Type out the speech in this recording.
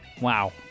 Wow